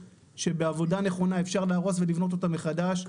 שבעבודה נכונה אפשר להרוס ולבנות מחדש.